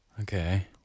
Okay